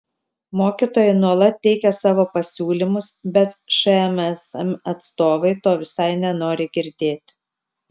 mokytojai nuolat teikia savo pasiūlymus bet šmsm atstovai to visai nenori girdėti